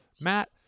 Matt